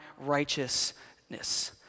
righteousness